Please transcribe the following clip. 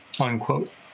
Unquote